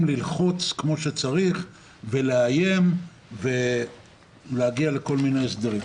ללחוץ כפי שצריך ולאיים ולהגיע לכל מיני הסדרים,